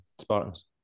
Spartans